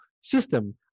system